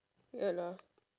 ya lah